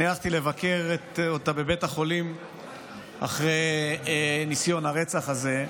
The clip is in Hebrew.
אני הלכתי לבקר אותה בבית החולים אחרי ניסיון הרצח הזה,